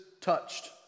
touched